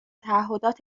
تعهدات